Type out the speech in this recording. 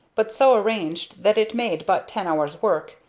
but so arranged that it made but ten hours work,